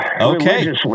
Okay